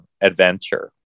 adventure